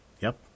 Yep